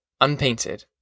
unpainted